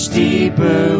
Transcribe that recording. deeper